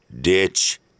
ditch